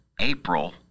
April